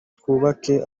twubake